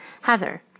Heather